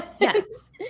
Yes